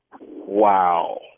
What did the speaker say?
Wow